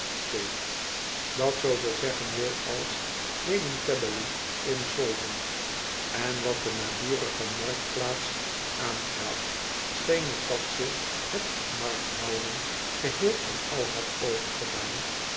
dat zooveel zeggen wilde als lamentably insolvent en wat de naburige marktplaats aangaat scheen t dat ze het markthouden geheel en al had